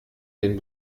den